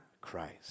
Christ